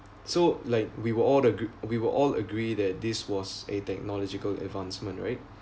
so like we were all agr~ we were all agree that this was a technological advancement right